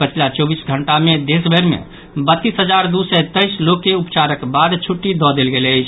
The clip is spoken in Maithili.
पछिला चौबीस घंटा मे देशभरि मे बत्तीस हजार दू सय तेईस लोक के उपचारक बाद छुट्टी दऽ देल गेल अछि